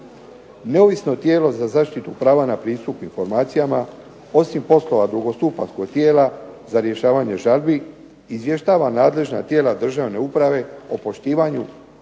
Neovisno tijelo za zaštitu prava na pristup informacijama osim poslova drugostupanjskog tijela za rješavanje žalbi, izvještava nadležna tijela državne uprave o poštivanju